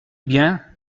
bien